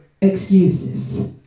excuses